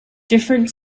different